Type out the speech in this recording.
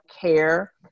care